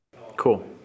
Cool